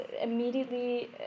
immediately